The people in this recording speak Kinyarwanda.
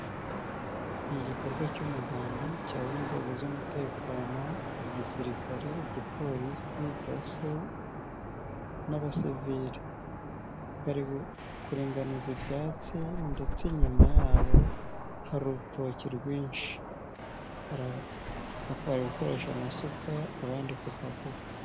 Igikorwa cy'umuganda cyahuje inzego z'umutekano, Igisirikare, Igipolisi, Daso n'Abaseviri bari kuringaniza ibyatsi ndetse inyuma yabo hari urutoki rwinshi bari gukoresha amasuka abandi kupakupa.